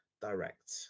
direct